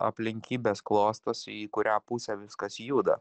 aplinkybės klostosi į kurią pusę viskas juda